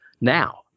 now